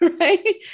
right